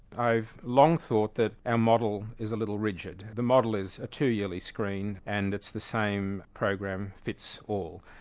i've long thought that our model is a little rigid. the model is a two yearly screen and it's the same program fits all.